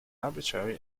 arbitrary